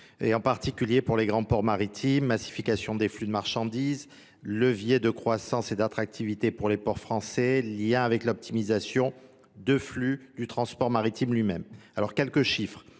et en particulier pour les grands ports maritimes, massification des flux de marchandises, levier de croissance et d'attractivité pour les ports français liés avec l'optimisation de flux du transport maritime lui-même. Alors quelques chiffres.